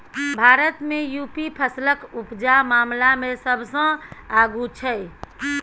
भारत मे युपी फसलक उपजा मामला मे सबसँ आगु छै